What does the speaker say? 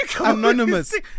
anonymous